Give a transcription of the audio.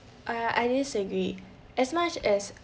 err I didn't agree as much as